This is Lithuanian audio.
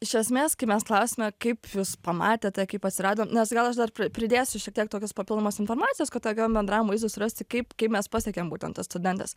iš esmės kai mes klausiame kaip jūs pamatėte kaip atsirado nes gal aš dar pridėsiu šiek tiek tokios papildomos informacijos kad tokiam bendram vaizdui surasti kaip kaip mes pasiekiam būtent tas studentes